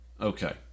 Okay